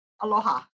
aloha